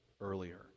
earlier